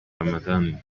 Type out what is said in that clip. ramadhan